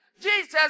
Jesus